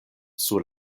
sur